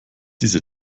diese